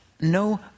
no